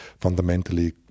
fundamentally